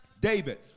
David